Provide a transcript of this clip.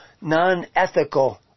non-ethical